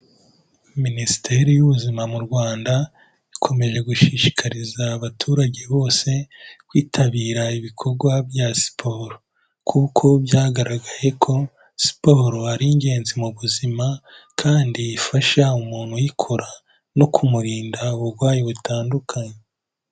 Minisiteri y'ubuzima mu Rwanda ikomeje gushishikariza abaturage bose kwitabira ibikorwa bya siporo, kuko byagaragaye ko siporo ari ingenzi mu buzima kandi ifasha umuntu uyikora no kumurinda uburwayi butandukanye.